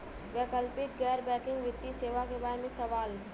वैकल्पिक गैर बैकिंग वित्तीय सेवा के बार में सवाल?